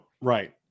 Right